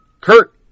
Kurt